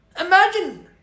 Imagine